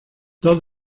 dos